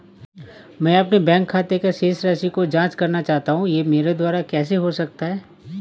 मैं अपने बैंक खाते की शेष राशि की जाँच करना चाहता हूँ यह मेरे द्वारा कैसे हो सकता है?